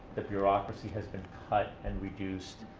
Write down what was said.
the bureaucracy has been cut and reduced.